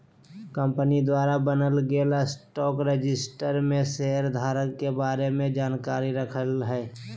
company द्वारा बनाल गेल स्टॉक रजिस्टर में शेयर धारक के बारे में जानकारी रखय हइ